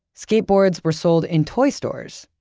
skateboards were sold in toy stores,